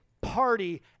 party